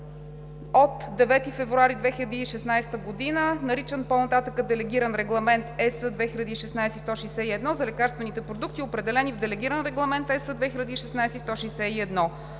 от 9 февруари 2016 г.), наричан по-нататък „Делегиран регламент (ЕС) 2016/161“, за лекарствените продукти, определени в Делегиран регламент (ЕС) 2016/161.